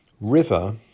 River